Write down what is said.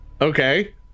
Okay